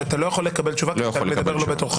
אתה לא יכול לקבל תשובה, כי אתה מדבר לא בתורך.